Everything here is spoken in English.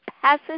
passes